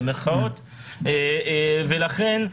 לכן,